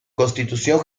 constitución